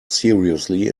seriously